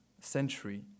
century